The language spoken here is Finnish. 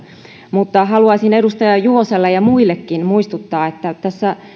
mutta haluaisin edustaja juvoselle ja muillekin muistuttaa että tässä